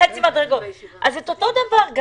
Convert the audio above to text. -- אז אותו דבר.